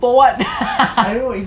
for what